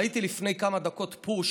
ראיתי לפני כמה דקות פוש